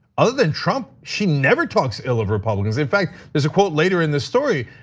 other than trump, she never talks ill of republicans. in fact, there's a quote later in this story,